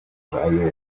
rayo